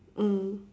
mm